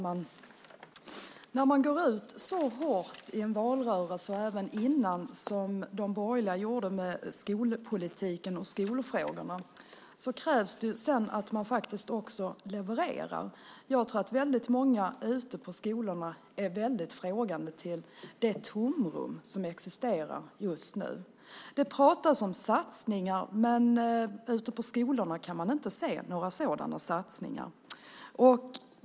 Herr talman! Då man i en valrörelse och även dessförinnan gått ut så hårt som de borgerliga gjorde när det gäller skolpolitiken och skolfrågorna krävs det att man sedan också levererar. Jag tror att väldigt många ute på skolorna ställer sig mycket frågande till det tomrum som just nu existerar. Det pratas om satsningar, men ute på skolorna kan man inte se några sådana.